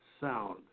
sound